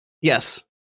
yes